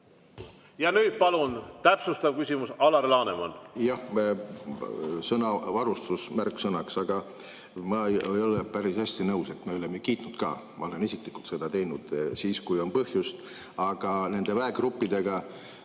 Ja nüüd palun täpsustav küsimus, Alar Laneman!